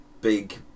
big